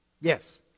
Yes